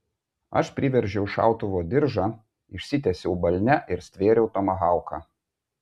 aš priveržiau šautuvo diržą išsitiesiau balne ir stvėriau tomahauką